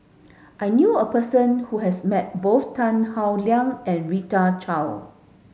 I knew a person who has met both Tan Howe Liang and Rita Chao